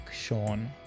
Sean